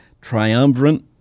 triumvirate